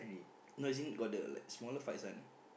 no as in got the like smaller fights one